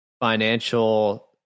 financial